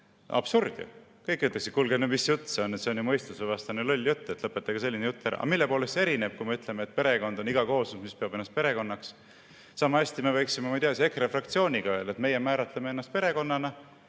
Absurd ju! Kõik ütleks, et kuulge, mis jutt see on, see on ju mõistusvastane, loll jutt, lõpetage selline jutt. Aga mille poolest see erineb sellest, kui me ütleme, et perekond on iga kooslus, mis peab ennast perekonnaks? Samahästi me võiksime, ma ei tea, EKRE fraktsioonis öelda, et meie määratleme ennast perekonnana